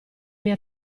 mia